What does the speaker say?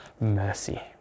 mercy